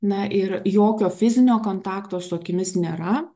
na ir jokio fizinio kontakto su akimis nėra